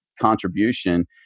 contribution